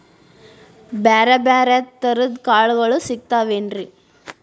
ಬ್ಯಾರೆ ಬ್ಯಾರೆ ತರದ್ ಕಾಳಗೊಳು ಸಿಗತಾವೇನ್ರಿ?